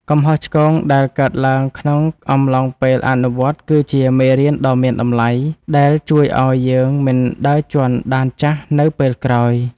កំហុសឆ្គងដែលកើតឡើងក្នុងអំឡុងពេលអនុវត្តគឺជាមេរៀនដ៏មានតម្លៃ ដែលជួយឱ្យយើងមិនដើរជាន់ដានចាស់នៅពេលក្រោយ។